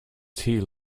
tea